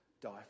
die